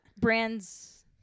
brands